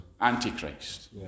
anti-Christ